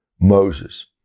Moses